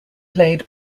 played